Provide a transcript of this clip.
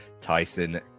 tyson